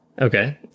Okay